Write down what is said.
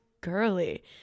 girly